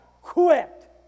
quit